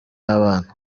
abana